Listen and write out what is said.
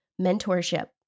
mentorship